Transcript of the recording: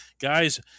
guys